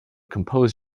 compose